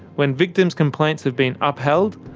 when victims' complaints have been upheld,